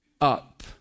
up